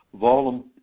Volume